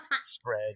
spread